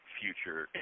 future